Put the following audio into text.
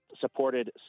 supported